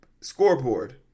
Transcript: scoreboard